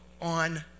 on